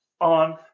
on